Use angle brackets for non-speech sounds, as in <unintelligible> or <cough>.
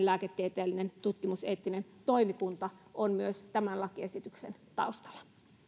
<unintelligible> lääketieteellinen tutkimuseettinen toimikunta on myös tämän lakiesityksen taustalla